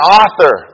author